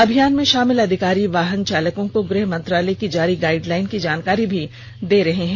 अभियान में शामिल अधिकारी वाहन चालकों को गृह मंत्रालय की जारी गाइड लाईन की जानकारी भी दे रहे है